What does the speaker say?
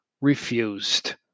refused